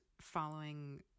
following